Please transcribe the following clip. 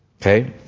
Okay